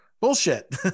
Bullshit